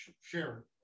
Sure